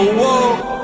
whoa